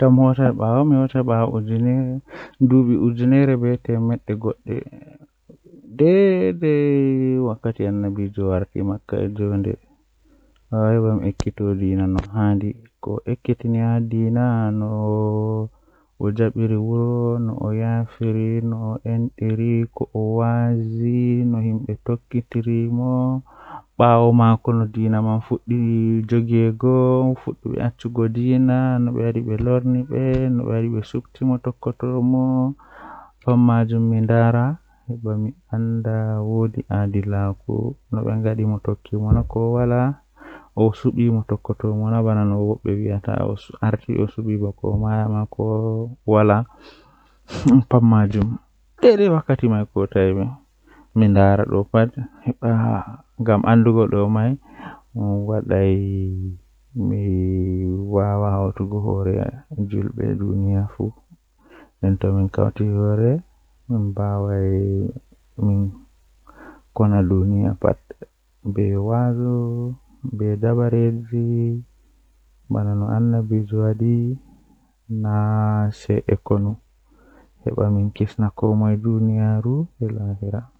Fijirde jei mi yiɗi mi ekitaa Eey, cindi video ɗee waɗi ɗum njiɓgol. Ngam ko waɗe ɗee tiindii hay jiɓinaaɗe, cakaɗe, e ɓeewɗe mawɗe e leydi cindi. Cindi video ɗe waɗi ɓuriɗo koɗɗe maɓɓe ngam waɗde anndude yimɓe e soɗɗude hakkeeji e wudere ɗiɗi, cakaɗe yimɓe ɓuri tiindii e nder ɗum. Kadi, waɗi ɗum ɓuri ɗiɗo ngam waɗde waɗnaari e timminaaji ɓeewɗe, no ɗum waɗi ɗum golle cindi.